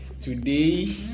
today